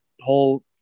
whole